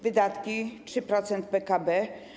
Wydatki - 3% PKB.